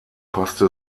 passte